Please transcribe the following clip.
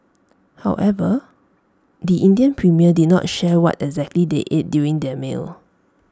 however the Indian premier did not share what exactly they ate during their meal